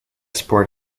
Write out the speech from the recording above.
support